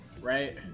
right